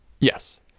Yes